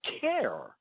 care